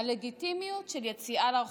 הלגיטימיות של יציאה לרחובות.